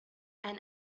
and